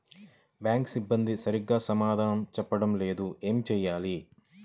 Bank సిబ్బంది సరిగ్గా సమాధానం చెప్పటం లేదు ఏం చెయ్యాలి?